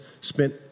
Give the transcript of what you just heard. spent